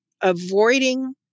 avoiding